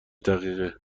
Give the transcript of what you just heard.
دقیقه